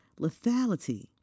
lethality